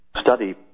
study